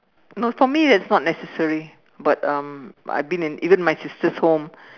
no for me it's not necessary but um I been in even my sister's home